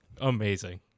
Amazing